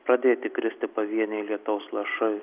pradėti kristi pavieniai lietaus lašai